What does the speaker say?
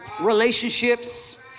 relationships